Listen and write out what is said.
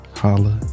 holla